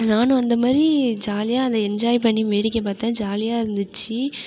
நானும் அந்தமாதிரி ஜாலியாக அதை என்ஜாய் பண்ணி வேடிக்கை பார்த்தன் ஜாலியாக இருந்துச்சு